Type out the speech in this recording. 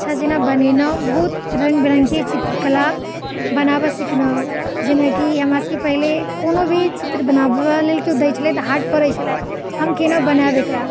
अच्छा जेना बनेलहुँ बहुत रङ्गबिरङ्गके चित्रकला बनाबऽ सिखलहुँ जेना कि हमरासबके पहिले कोनो भी चित्र बनाबैलए केओ दै छलै तऽ हार्ड पड़ै छलै हम कोना बनाएब एकरा